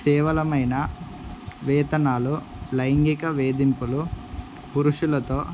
సేవలమైన వేతనాలు లైంగిక వేదింపులు పురుషులతో